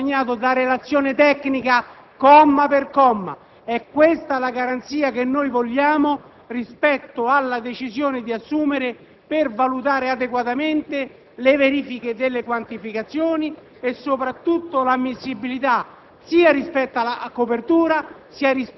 il quale deve essere accompagnato da una relazione tecnica, comma per comma. È questa la garanzia che vogliamo rispetto alla decisione di assumere per valutare adeguatamente la verifica delle quantificazioni e, soprattutto, l'ammissibilità